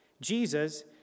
Jesus